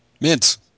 Mint